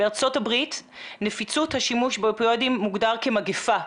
בארצות הברית נפיצות השימוש באופיאטים מוגדר כמגפה.